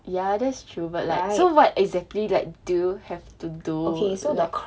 ya that's true but like so what exactly like do you have to do like